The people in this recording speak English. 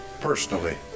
personally